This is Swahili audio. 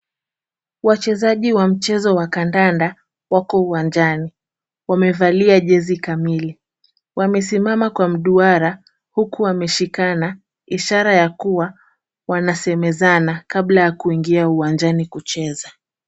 Wachezaji wa mchezo wa kandanda wako uwanjani, wamevalia jezi kamili. Wamesimama kwa mduara huku wameshikana, ishara ya kuwa, wanasemezana kabla ya kuingia uwanjani kucheza.